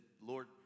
Lord